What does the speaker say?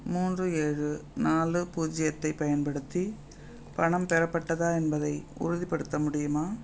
மூன்று ஏழு நாலு பூஜ்ஜியத்தை பயன்படுத்தி பணம் பெறப்பட்டதா என்பதை உறுதிப்படுத்த முடியுமா